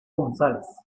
gonzález